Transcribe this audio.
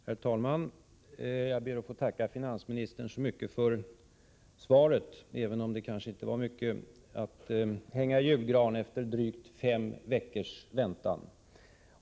Herr talman! Jag ber att få tacka finansministern så mycket för svaret, även om det kanske inte var mycket att hänga i julgranen efter drygt fem veckors väntan.